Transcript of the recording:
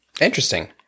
Interesting